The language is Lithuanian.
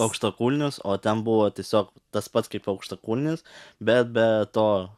aukštakulnius o ten buvo tiesiog tas pat kaip aukštakulnis bet be to